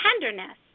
tenderness